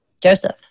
Joseph